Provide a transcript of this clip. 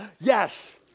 Yes